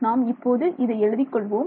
நாம் இப்போது இதை எழுதிக் கொள்வோம்